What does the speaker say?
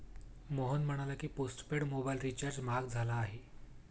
मोहन म्हणाला की, postpaid mobile recharge महाग झाला आहे